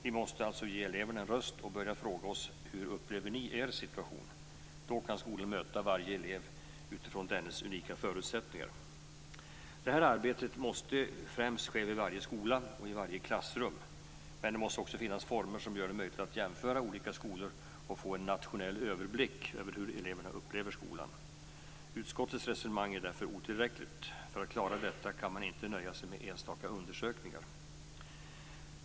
Vi måste ge eleverna en röst och fråga: Hur upplever ni er situation? Då kan skolorna möta varje elev utifrån dennes unika förutsättningar. Detta arbete måste främst ske vid varje skola och i varje klassrum. Men det måste också finnas former som gör det möjligt att jämföra olika skolor och få en nationell överblick över hur eleverna upplever skolan. Utskottets resonemang är därför otillräckligt. För att klara detta kan man inte nöja sig med enstaka undersökningar.